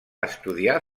estudiar